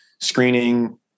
screening